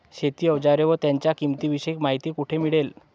शेती औजारे व त्यांच्या किंमतीविषयी माहिती कोठे मिळेल?